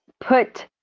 Put